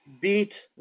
beat